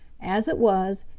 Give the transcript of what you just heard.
as it was,